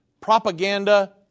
propaganda